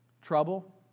trouble